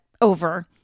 Over